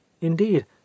indeed